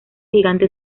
gigante